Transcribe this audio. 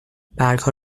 برگها